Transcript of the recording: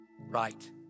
right